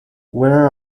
where